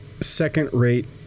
second-rate